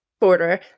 border